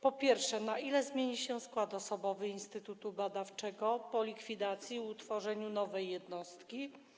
Po pierwsze, na ile zmieni się skład osobowy instytutu badawczego po likwidacji i utworzeniu nowej jednostki?